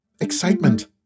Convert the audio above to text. Excitement